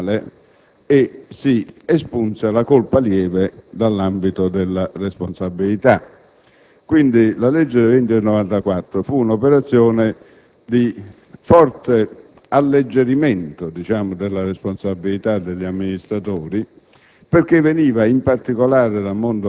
prescrizione quinquennale e si espunse la colpa lieve dall'ambito della responsabilità. La legge n. 20 del 1994 puntò quindi a un forte alleggerimento della responsabilità degli amministratori